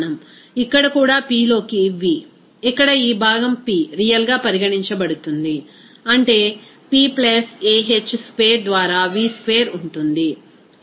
ఇక్కడ కూడా P లోకి V ఇక్కడ ఈ భాగం P రియల్గా పరిగణించబడుతుంది అంటే P ah స్క్వేర్ ద్వారా V స్క్వేర్ ఉంటుంది